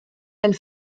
elle